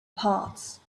parts